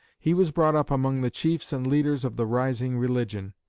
he was brought up among the chiefs and leaders of the rising religion,